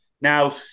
Now